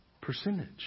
percentage